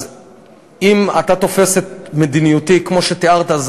אז אם אתה תופס את מדיניותי כמו שתיארת,